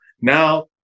Now